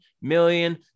million